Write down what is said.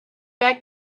back